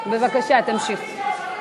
בבקשה, תמשיך.